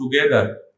together